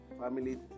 Family